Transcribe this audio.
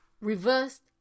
Reversed